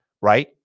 right